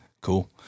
cool